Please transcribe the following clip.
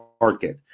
market